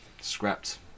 scrapped